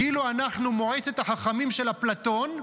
כאילו אנחנו מועצת החכמים של אפלטון,